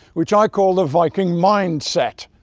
which i call the viking mindset.